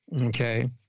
Okay